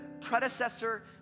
predecessor